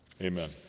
Amen